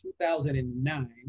2009